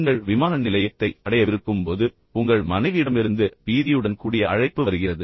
நீங்கள் விமான நிலையத்தை அடையவிருக்கும் போது உங்கள் மனைவியிடமிருந்து பீதியுடன் கூடிய அழைப்பு வருகிறது